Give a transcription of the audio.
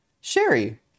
Sherry